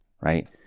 right